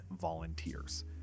volunteers